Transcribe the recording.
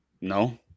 No